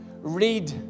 read